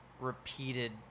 repeated